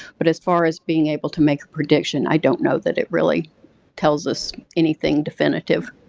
but as far as being able to make a prediction, i don't know that it really tells us anything definitive.